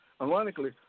Ironically